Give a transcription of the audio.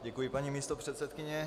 Děkuji, paní místopředsedkyně.